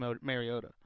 Mariota